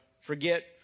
forget